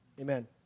Amen